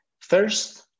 first